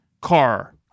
car